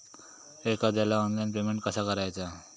एखाद्याला online payment कसा करायचा?